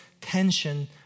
tension